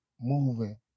moving